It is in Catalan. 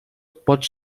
pot